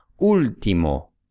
último